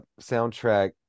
soundtrack